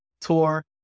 tour